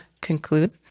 conclude